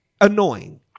annoying